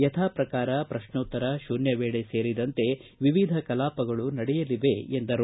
ಯಥಾಪ್ರಕಾರ ಪ್ರಶ್ನೋತ್ತರ ಶೂನ್ವವೇಳೆ ಸೇರಿದಂತೆ ವಿವಿಧ ಕಲಾಪಗಳು ನಡೆಯಲಿವೆ ಎಂದರು